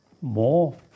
more